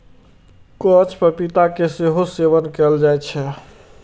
कांच पपीता के सेहो सेवन कैल जाइ छै